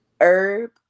herb